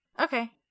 Okay